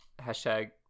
hashtag